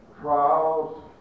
trials